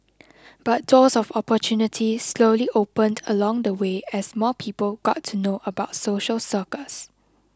but doors of opportunity slowly opened along the way as more people got to know about social circus